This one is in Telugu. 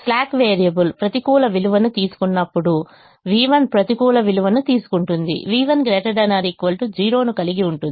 స్లాక్ వేరియబుల్ ప్రతికూల విలువను తీసుకున్నప్పుడు v1 ప్రతికూల విలువను తీసుకుంటుంది v1 ≥ 0 ను కలిగి ఉంటుంది